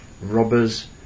robbers